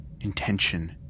intention